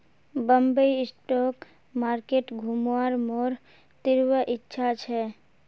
Bombay stock market घुमवार मोर तीव्र इच्छा छ